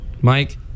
Mike